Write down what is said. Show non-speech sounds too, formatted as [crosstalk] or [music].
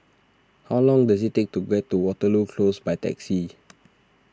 how long does it take to get to Waterloo Close by taxi [noise]